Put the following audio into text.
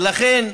ולכן,